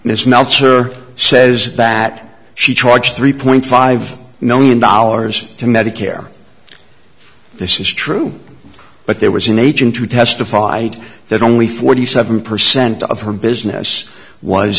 miss meltzer says that she charged three point five million dollars to medicare this is true but there was an agent who testified that only forty seven percent of her business was